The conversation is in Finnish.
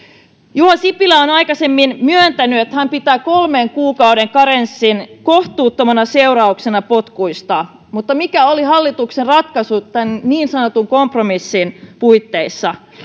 juha sipilä on aikaisemmin myöntänyt että hän pitää kolmen kuukauden karenssia kohtuuttomana seurauksena potkuista mutta mikä oli hallituksen ratkaisu tämän niin sanotun kompromissin puitteissa